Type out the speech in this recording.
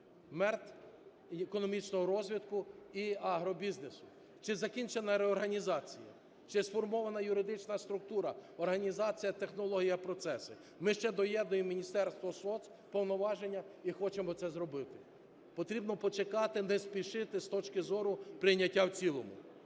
МЕРТ, економічного розвитку і агробізнесу. Чи закінчена реорганізація? Чи сформована юридична структура, організація, технологія, процеси? Ми ще доєднуємо Міністерства соц… повноваження, і хочемо це зробити. Потрібно почекати, не спішити з точки зору прийняття в цілому.